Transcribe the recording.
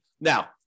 now